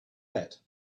bet